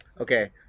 Okay